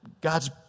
God's